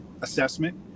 assessment